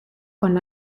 con